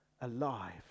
alive